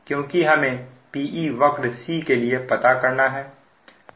क्योंकि हमें Pe वक्र C के लिए पता करना है